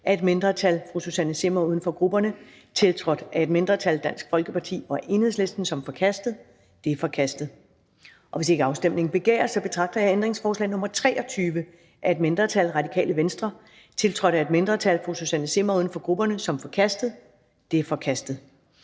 af et mindretal (Susanne Zimmer (UFG)), tiltrådt af et mindretal (DF og EL), som forkastet. Det er forkastet. Hvis ikke afstemning begæres, betragter jeg ændringsforslag nr. 23 af et mindretal (RV), tiltrådt af et mindretal (Susanne Zimmer (UFG)), som forkastet. Det er forkastet.